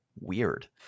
weird